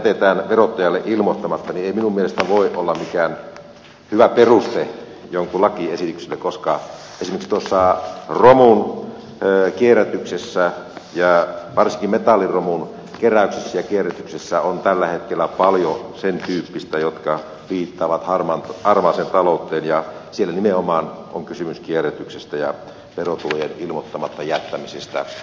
siksi ei minun mielestäni voi olla mitään hyvää perustetta tällaiselle lakiesitykselle koska esimerkiksi romun kierrätyksessä ja varsinkin metalliromun keräyksessä ja kierrätyksessä on tällä hetkellä paljon sen tyyppistä mikä viittaa harmaaseen talouteen ja siellä nimenomaan on kysymys kierrätyksestä ja verotulojen ilmoittamatta jättämisestä verottajalle